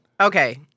Okay